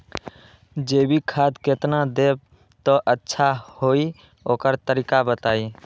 जैविक खाद केतना देब त अच्छा होइ ओकर तरीका बताई?